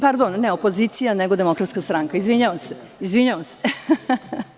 Pardon, ne opozicija, nego Demokratska stranka, izvinjavam se.